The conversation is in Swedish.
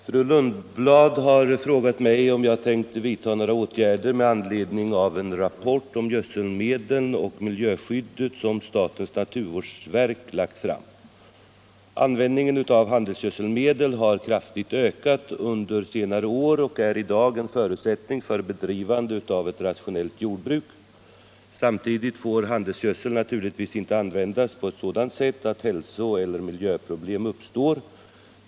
Herr talman! Fru Lundblad har frågat mig om jag tänkt vidta några åtgärder med anledning av en rapport om gödselmedlen och miljöskyddet som statens naturvårdsverk lagt fram. Användningen av handelsgödselmedel har ökat kraftigt under senare år och är i dag en förutsättning för bedrivande av ett rationellt jordbruk. Samtidigt får handelsgödsel naturligtvis inte användas på ett sådant sätt att hälsoellter miljöproblem uppstår.